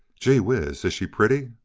gee whiz! is she pretty?